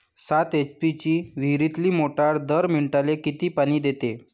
सात एच.पी ची विहिरीतली मोटार दर मिनटाले किती पानी देते?